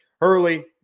Hurley